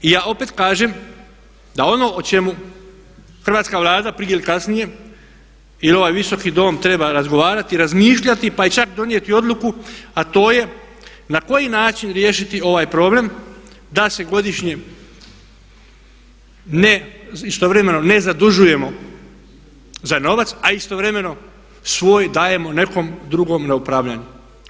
I ja opet kažem da ono o čemu hrvatska Vlada prije ili kasnije ili ovaj Visoki dom treba razgovarati, razmišljati pa čak i donijeti odluku a to je na koji način riješiti ovaj problem da se godišnje istovremeno ne zadužujemo za novac a istovremeno svoj dajemo nekom drugom na upravljanje.